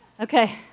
Okay